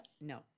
no